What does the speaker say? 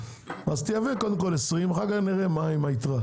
אז תייבא קודם כל 20, אחר כך נראה מה עם היתרה.